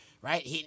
Right